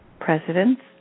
presidents